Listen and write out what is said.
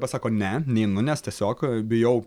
pasako ne neinu nes tiesiog bijau